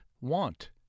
Want